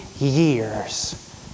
years